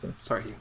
Sorry